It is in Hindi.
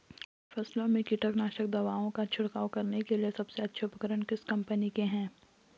फसलों में कीटनाशक दवाओं का छिड़काव करने के लिए सबसे अच्छे उपकरण किस कंपनी के हैं?